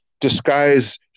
disguise